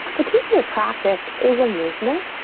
the practice is a movement.